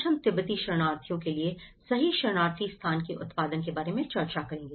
आज हम तिब्बती शरणार्थियों के लिए सही शरणार्थी स्थान के उत्पादन के बारे में चर्चा करेंगे